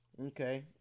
okay